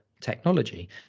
technology